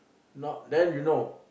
not then you know